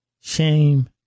Shame